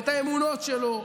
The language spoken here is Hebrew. את האמונות שלו,